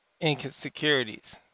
insecurities